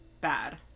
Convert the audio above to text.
bad